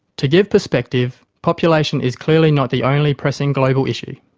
to give perspective, population is clearly not the only pressing global issue,